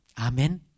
Amen